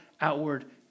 outward